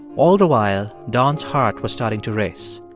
all the while don's heart was starting to race.